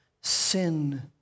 sin